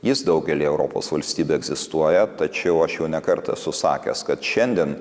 jis daugelyje europos valstybių egzistuoja tačiau aš jau ne kartą esu sakęs kad šiandien